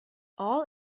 all